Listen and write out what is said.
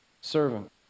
servant